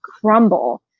crumble